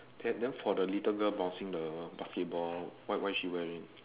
then then for the little girl bouncing the basketball what what is she wearing